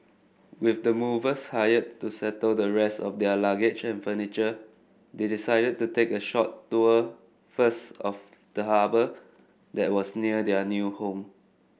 with the movers hired to settle the rest of their luggage and furniture they decided to take a short tour first of the harbour that was near their new home